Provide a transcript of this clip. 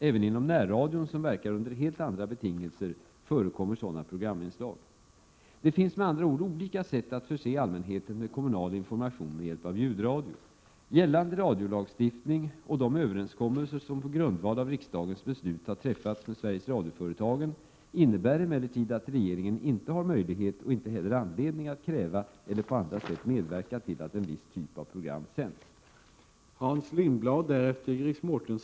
Även inom närradion, som verkar under helt andra betingelser, förekommer sådana programinslag. Det finns med andra ord olika sätt att förse allmänheten med kommunal information med hjälp av ljudradio. Gällande radiolagstiftning och de överenskommelser som på grundval av riksdagens beslut har träffats med Sveriges Radio-företagen innebär emellertid att regeringen inte har möjlighet och inte heller anledning att kräva eller på andra sätt medverka till att en viss typ av program sänds.